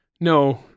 no